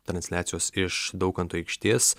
transliacijos iš daukanto aikštės